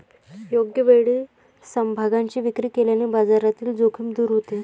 योग्य वेळी समभागांची विक्री केल्याने बाजारातील जोखीम दूर होते